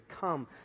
come